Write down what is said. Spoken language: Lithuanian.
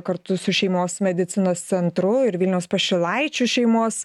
kartu su šeimos medicinos centru ir vilniaus pašilaičių šeimos